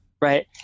right